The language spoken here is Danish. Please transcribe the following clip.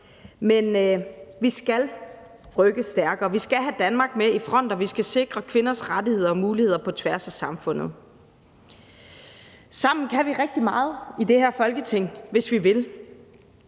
og vi skal rykke stærkere. Vi skal have Danmark med i front, og vi skal sikre kvinders rettigheder og muligheder på tværs af samfundet. Sammen kan vi rigtig meget i det her Folketing, hvis vi vil,